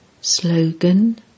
Slogan